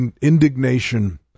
indignation